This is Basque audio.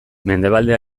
mendebaldea